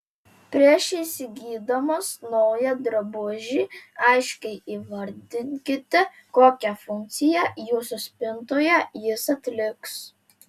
prieš įsigydamos naują drabužį aiškiai įvardinkite kokią funkciją jūsų spintoje jis atliks